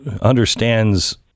understands